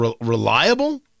reliable